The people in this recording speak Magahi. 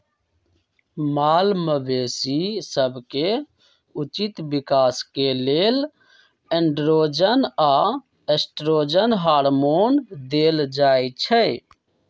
माल मवेशी सभके उचित विकास के लेल एंड्रोजन आऽ एस्ट्रोजन हार्मोन देल जाइ छइ